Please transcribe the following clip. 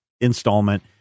installment